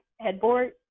headboard